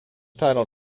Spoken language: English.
title